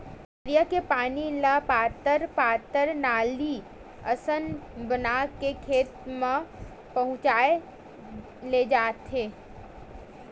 तरिया के पानी ल पातर पातर नाली असन बना के खेत म पहुचाए लेजाथन